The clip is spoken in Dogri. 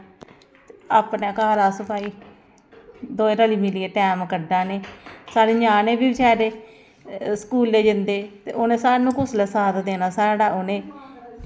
के मुंजी गंदम जां मक्की जेह्ड़ी मतलव ऐ अस साढ़ै कोल पैदाबार होंदी ऐ ओह् कोई उसी अच्छे भा कन्नै खरीदने दा बंदोबस्त कीता जा